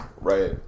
right